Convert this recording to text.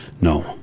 No